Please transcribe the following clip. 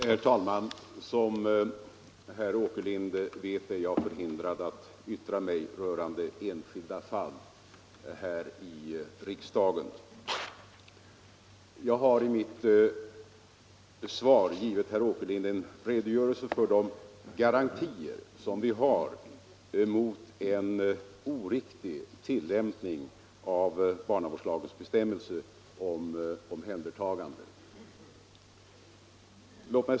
Herr talman! Som herr Åkerlind vet är jag förhindrad att yttra mig rörande enskilda fall här i riksdagen. Jag har i mitt svar givit herr Åkerlind en redogörelse för de garantier som vi har mot en oriktig tillämpning av barnavårdslagens bestämmelser om omhändertagande.